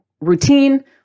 routine